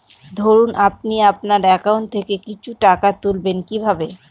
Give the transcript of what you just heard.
ধরুন আপনি আপনার একাউন্ট থেকে কিছু টাকা তুলবেন কিভাবে?